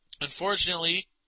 Unfortunately